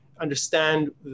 understand